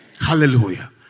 Hallelujah